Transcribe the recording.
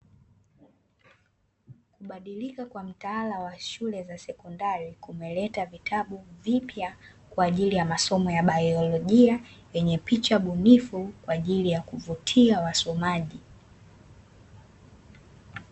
Kubadilika kwa mtaala wa shule za sekondari, kumeleta vitabu vipya kwa ajili ya masomo ya baiolojia vyenye picha bunifu, kwa ajili ya kuwavutia wasomaji.